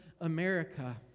America